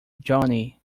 johnny